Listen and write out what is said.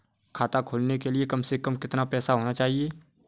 खाता खोलने के लिए कम से कम कितना पैसा होना चाहिए?